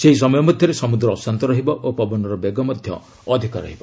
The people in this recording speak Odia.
ସେହି ସମୟ ମଧ୍ୟରେ ସମୁଦ୍ର ଅଶାନ୍ତ ରହିବ ଓ ପବନର ବେଗ ଅଧିକ ରହିବ